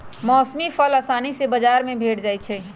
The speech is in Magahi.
मौसमी फल असानी से बजार में भेंट जाइ छइ